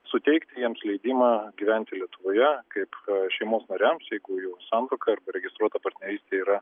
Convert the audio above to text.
suteikti jiems leidimą gyventi lietuvoje kaip šeimos nariams jeigu jau santuoka arba registruota partnerystė yra